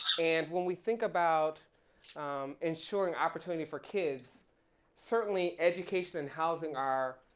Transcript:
and when we think about insuring opportunity for kids certainly education and housing are